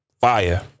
fire